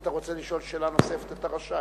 אם אתה רוצה לשאול שאלה נוספת אתה רשאי,